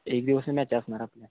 एक दिवसच मॅच असणार आपल्या